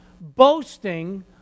boasting